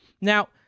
Now